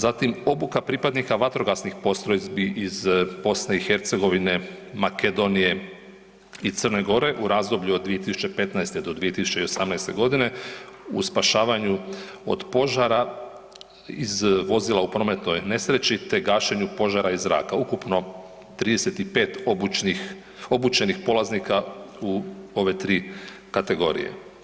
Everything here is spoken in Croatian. Zatim, obuka pripadnika vatrogasnih postrojbi iz BiH, Makedonije i Crne Gore u razdoblju od 2015. do 2018. godine u spašavanju od požara iz vozila u prometnoj nesreći te gašenju požara iz zraka, ukupno 35 obučnih, obučenih polaznika u ove tri kategorije.